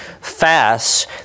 fasts